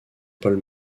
paul